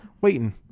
waiting